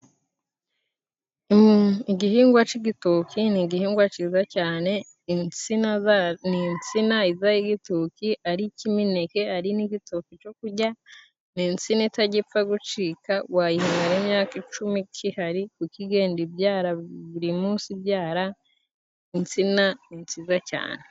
Igihingwa c'igitoki ni igihingwa ciza cyane，insina ni insina ivaho igitoki ari ik'imineke， ari n'igitoki cyo kurya，ni insina itajya ipfa gucika，wayihinga n'imyaka icumi ikihari，kuko igenda ibyara buri munsi ibyara，ni insina nziza cyane.